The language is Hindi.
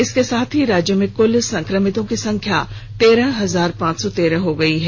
इसके साथ ही राज्य में कुल संक्रमितों की संख्या तेरह हजार पांच सौ तेरह हो गई है